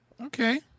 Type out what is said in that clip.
Okay